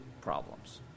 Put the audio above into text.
problems